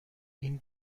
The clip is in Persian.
این